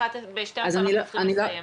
ב-12:00 אנחנו צריכים לסיים.